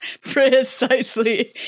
precisely